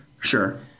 Sure